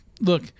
look